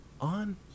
on